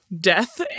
death